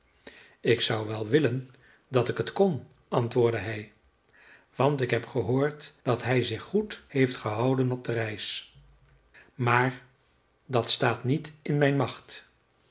ik zou wel willen dat ik het kon antwoordde hij want ik heb gehoord dat hij zich goed heeft gehouden op de reis maar dat staat niet in mijn macht